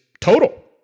total